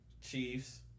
Chiefs